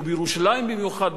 ובירושלים במיוחד,